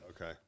Okay